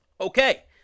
okay